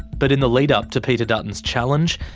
but in the lead-up to peter dutton's challenge,